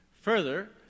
Further